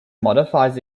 modifies